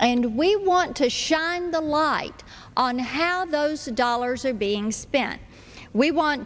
and we want to shine the light on how those dollars are being spent we want